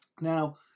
Now